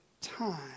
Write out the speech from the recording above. time